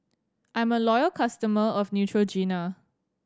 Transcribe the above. I'm a loyal customer of Neutrogena